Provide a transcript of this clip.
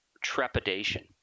trepidation